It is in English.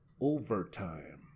overtime